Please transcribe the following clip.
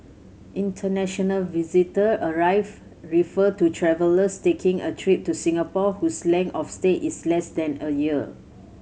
international visitor arrive refer to travellers taking a trip to Singapore whose length of stay is less than a year